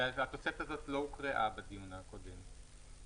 והתוספת הזאת לא הוקראה בדיון הקודם.